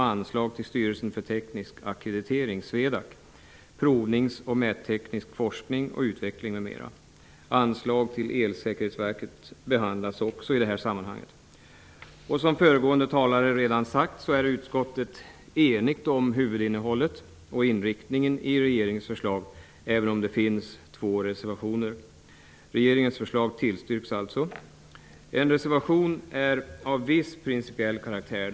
Anslag till Elsäkerhetsverket behandlas också i detta sammanhang. Som föregående talare redan sagt är utskottet enigt om huvudinnehållet och inriktningen i regeringens förslag, även om det finns två reservationer. Regeringens förslag tillstyrks alltså. Den ena reservationen är av viss principiell karaktär.